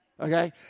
okay